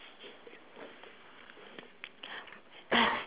!huh!